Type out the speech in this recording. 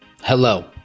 Hello